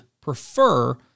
prefer